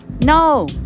No